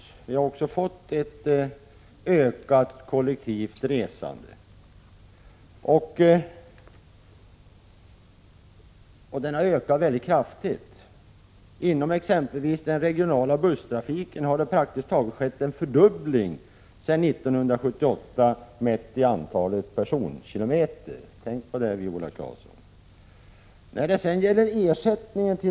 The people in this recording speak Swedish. Vi har fått ett mycket kraftigt ökat kollektivt resande. Inom exempelvis den regionala busstrafiken har det praktiskt taget skett en fördubbling sedan 1978, mätt i antalet personkilometer. Tänk på det, Viola Claesson!